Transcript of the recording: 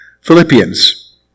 Philippians